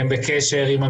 אני מסכימה לחלוטין.